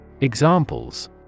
Examples